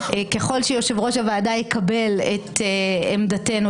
ככל שיושב-ראש הוועדה יקבל את עמדתנו,